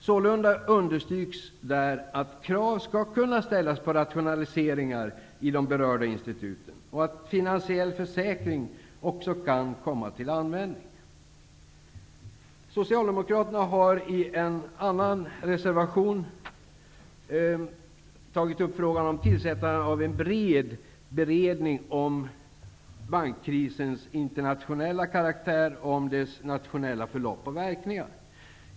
Sålunda understryks där att krav skall kunna ställas på rationaliseringar i de berörda instituten och att finansiell försäkring också kan komma till användning. Socialdemokraterna har i en annan reservation tagit upp frågan om tillsättande av en bred beredning om bankkrisens internationella karaktär och om dess nationella förlopp och verkningar.